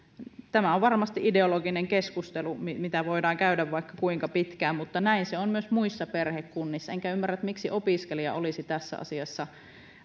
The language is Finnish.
tämä on varmasti ideologinen keskustelu mitä mitä voidaan käydä vaikka kuinka pitkään mutta näin se on myös muissa perhekunnissa enkä ymmärrä miksi opiskelija olisi tässä asiassa